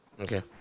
Okay